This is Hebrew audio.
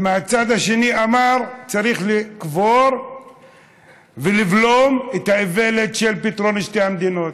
ומצד שני אמר: צריך לקבור ולבלום את האיוולת של פתרון שתי המדינות.